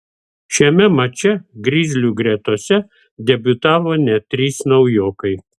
šiame mače grizlių gretose debiutavo net trys naujokai